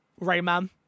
Rayman